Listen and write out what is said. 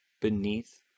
beneath